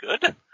good